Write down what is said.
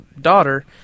daughter